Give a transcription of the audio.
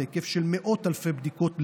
היקף של מאות אלפי בדיקות ביום,